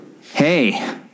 Hey